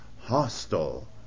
hostile